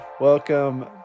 welcome